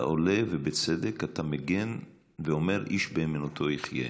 אתה עולה ובצדק אתה מגן ואומר: איש באמונתו יחיה.